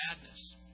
madness